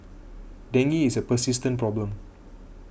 Dengue is a persistent problem